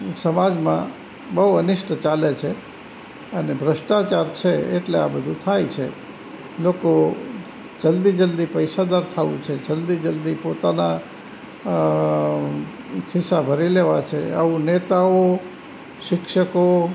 સમાજમાં બહુ અનિષ્ટ ચાલે છે અને ભ્રષ્ટાચાર છે એટલે આ બધું થાય છે લોકો જલ્દી જલ્દી પૈસાદાર થવું છે જલ્દી જલ્દી પોતાનાં ખીસ્સાં ભરી લેવાં છે આવું નેતાઓ શિક્ષકો